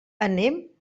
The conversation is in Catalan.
anem